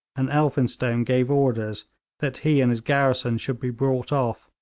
and elphinstone gave orders that he and his garrison should be brought off,